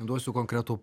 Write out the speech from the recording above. duosiu konkretų